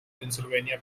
pennsylvania